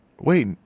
Wait